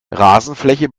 rasenfläche